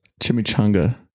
chimichanga